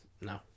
No